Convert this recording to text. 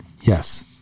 Yes